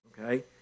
okay